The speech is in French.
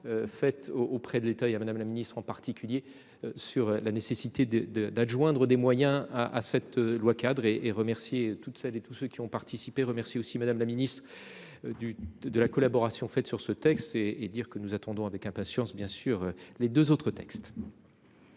Faite auprès de l'État est à madame la ministre en particulier. Sur la nécessité de de d'adjoindre des moyens à à cette loi-cadre et et remercier toutes celles et tous ceux qui ont participé remercie aussi Madame la Ministre. Du de la collaboration faite sur ce texte. Et dire que nous attendons avec impatience bien sûr les 2 autres textes.